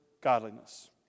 godliness